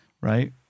right